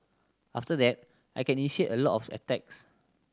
after that I can initiate a lot of attacks